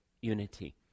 unity